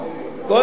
קודם כול,